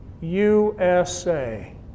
USA